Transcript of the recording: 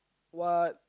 what